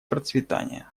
процветание